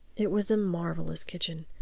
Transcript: it was a marvelous kitchen.